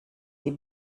sie